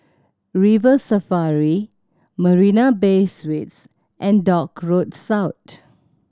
River Safari Marina Bay Suites and Dock Road South